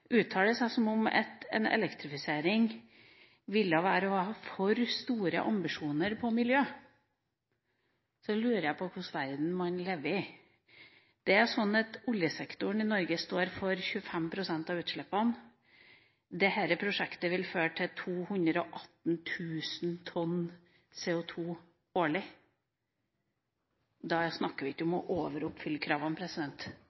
seg som om en elektrifisering ville være å ha for store ambisjoner på miljø, lurer jeg på hva slags verden man lever i. Det er slik at oljesektoren i Norge står for 25 pst. av utslippene, og dette prosjektet vil føre til årlige utslipp på 218 000 tonn CO2. Da snakker vi ikke om